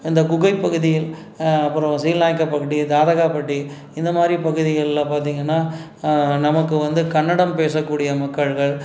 இந்த குகை பகுதி அப்பறம் சீலநாயக்கன்பட்டி தாதகாப்பட்டி இந்த மாதிரி பகுதிகள்லாம் பார்த்தீங்கன்னா நமக்கு வந்து கன்னடம் பேசக்கூடிய மக்கள்கள்